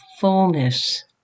fullness